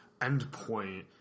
endpoint